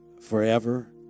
forever